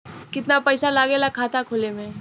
कितना पैसा लागेला खाता खोले में?